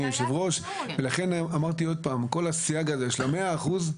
לכן דיברתי על הסייג הזה של ה-100 אחוזים.